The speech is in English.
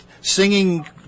singing